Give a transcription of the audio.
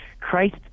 Christ